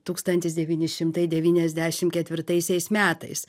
tūkstantis devyni šimtai devyniasdešimt ketvirtaisiais metais